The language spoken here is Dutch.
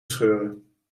scheuren